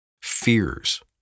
fears